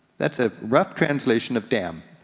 that's a rough translation of damn.